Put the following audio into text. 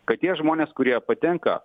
kad tie žmonės kurie patenka